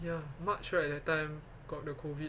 ya march right that time got the COVID